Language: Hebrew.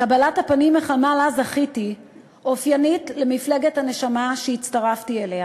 קבלת הפנים החמה שלה זכיתי אופיינית למפלגת הנשמה שהצטרפתי אליה.